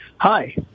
Hi